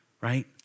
right